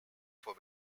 for